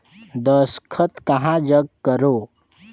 दस्खत कहा जग करो?